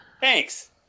Thanks